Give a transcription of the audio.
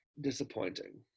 disappointing